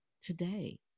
today